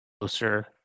closer